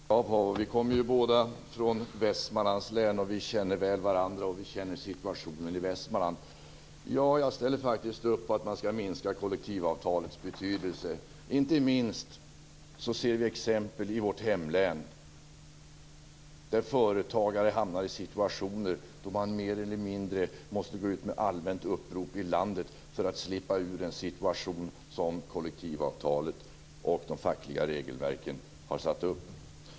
Fru talman! Paavo Vallius, vi kommer båda från Västmanlands län och vi känner varandra väl, liksom vi känner till situationen i Västmanland. Ja, jag ställer faktiskt upp på kravet om att man skall minska kollektivavtalets betydelse. Inte minst i vårt län kan vi se exempel på att företagare hamnar i lägen där man mer eller mindre måste gå ut med ett allmänt upprop i landet för att slippa ur en situation som kollektivavtalet och de fackliga regelverken har åstadkommit.